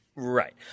Right